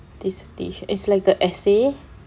dissertation is like a essay